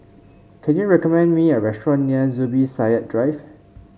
can you recommend me a restaurant near Zubir Said Drive